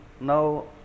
now